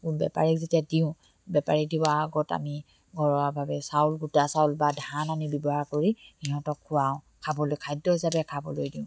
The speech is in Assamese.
বেপাৰীক যেতিয়া দিওঁ বেপাৰীক দিয়াৰ আগত আমি ঘৰুৱা ভাবে চাউল গোটা চাউল বা ধান আনি ব্যৱহাৰ কৰি সিহঁতক খোৱাাওঁ খাবলৈ খাদ্য হিচাপে খাবলৈ দিওঁ